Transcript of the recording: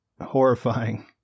horrifying